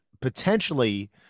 potentially